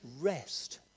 rest